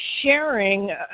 sharing